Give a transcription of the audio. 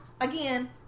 Again